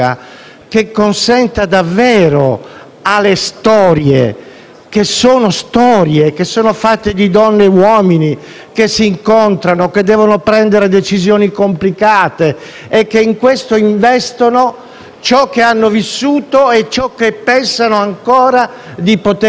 delle storie, che sono fatte di donne e uomini, che si incontrano e devono prendere decisioni complicate e che in questo investono ciò che hanno vissuto e ciò che pensano ancora di poter vivere dignitosamente: di qui il concetto di legge mite.